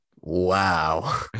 Wow